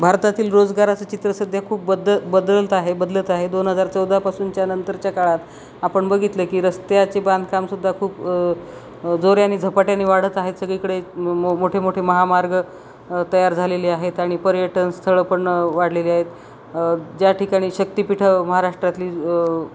भारतातील रोजगाराचं चित्र सध्या खूप बदल बदलत आहे बदलत आहे दोन हजार चौदापासूनच्या नंतरच्या काळात आपण बघितलं की रस्त्याचे बांधकामसुद्धा खूप जोऱ्यानी झपाट्याने वाढत आहेत सगळीकडे मोठे मोठे महामार्ग तयार झालेले आहेत आणि पर्यटन स्थळं पण वाढलेले आहेत ज्या ठिकाणी शक्तिपीठं महाराष्ट्रातली